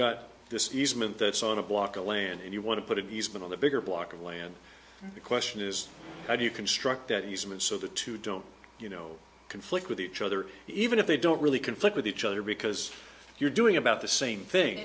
this easement that's on a block of land and you want to put it he's been on the bigger block of land the question is how do you construct that easement so the two don't you know conflict with each other even if they don't really conflict with each other because you're doing about the same thing